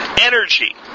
energy